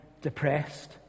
depressed